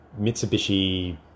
Mitsubishi